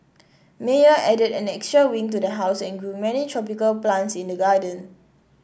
Meyer added an extra wing to the house and grew many tropical plants in the garden